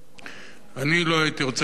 אני לא הייתי רוצה להיסחף עד כדי כך.